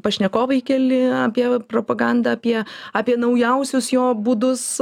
pašnekovai keli apie propagandą apie apie naujausius jo būdus